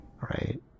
Right